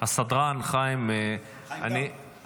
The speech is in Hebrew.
הסדרן חיים דאר.